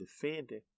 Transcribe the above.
defending